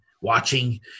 Watching